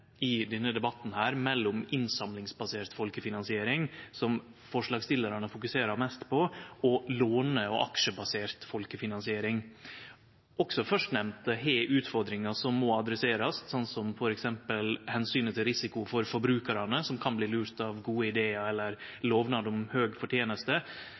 i denne debatten mellom innsamlingsbasert folkefinansiering, som forslagsstillarane fokuserer mest på, og låne- og aksjebasert folkefinansiering. Også førstnemnde har utfordringar som må adresserast, som f.eks. omsynet til risiko for forbrukarar som kan bli lurte av gode idear eller lovnad om høg forteneste.